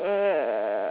err